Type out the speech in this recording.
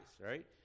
right